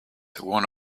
one